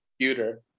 computer